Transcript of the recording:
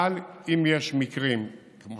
אבל אם יש מקרים כמו